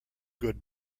good